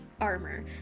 armor